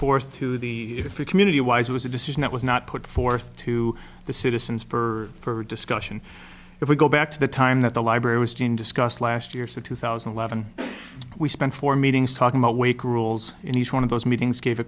forth to the community wise it's a decision that was not put forth to the citizens for discussion if we go back to the time that the library was discussed last year to two thousand and eleven we spent four meetings talking about wake rules and each one of those meetings gave a